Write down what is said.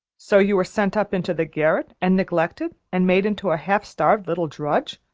so you were sent up into the garret and neglected, and made into a half-starved little drudge!